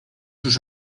sus